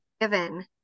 given